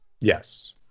yes